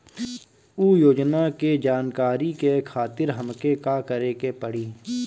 उ योजना के जानकारी के खातिर हमके का करे के पड़ी?